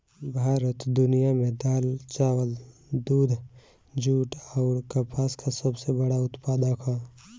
भारत दुनिया में दाल चावल दूध जूट आउर कपास का सबसे बड़ा उत्पादक ह